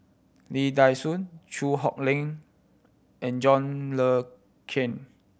Lee Dai Soh Chew Hock Leong and John Le Cain